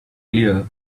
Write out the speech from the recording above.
clear